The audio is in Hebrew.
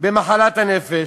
במחלת הנפש,